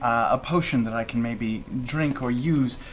a potion that i could maybe drink or use,